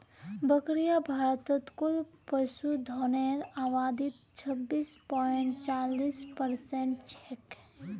बकरियां भारतत कुल पशुधनेर आबादीत छब्बीस पॉइंट चालीस परसेंट छेक